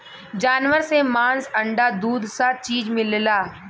जानवर से मांस अंडा दूध स चीज मिलला